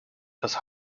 das